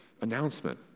announcement